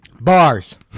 Bars